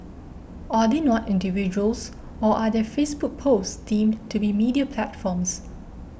are they not individuals or are their Facebook posts deemed to be media platforms